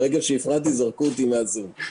ברגע שהפרעתי, זרקו אותי מהזום.